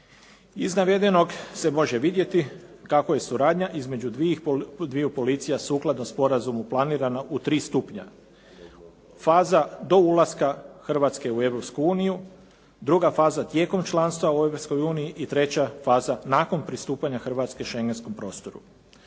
Iz navedenog se može vidjeti kako je suradnja između dviju policija sukladno sporazumu planirano u 3 stupnja. Faza do ulaska Hrvatske u Europsku uniju, druga faza tijekom članstva u Europskoj uniji i treća faza nakon pristupanja Hrvatske Šengenskom prostoru.